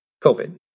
COVID